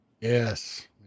yes